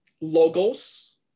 logos